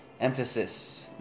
Emphasis